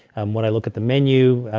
um when i look at the menu, ah